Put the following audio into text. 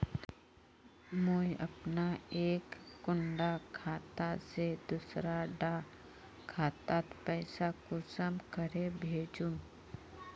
मुई अपना एक कुंडा खाता से दूसरा डा खातात पैसा कुंसम करे भेजुम?